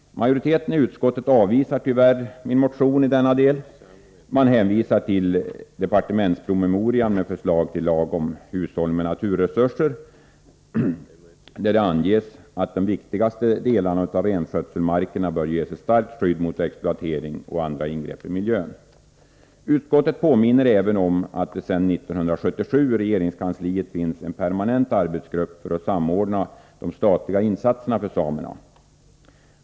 Majoriteten i utskotten avvisar tyvärr min motion i denna del. Man hänvisar till departementspromemorian med förslag till lag om hushållning med naturresurser, där det anges att de viktigaste delarna av renskötselmarkerna bör ges ett starkt skydd mot exploatering och andra ingrepp i miljön. Utskotten påminner även om att det sedan 1977 i regeringskansliet finns en permanent arbetsgrupp för att samordna de statliga insatserna för samerna.